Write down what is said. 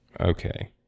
Okay